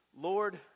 Lord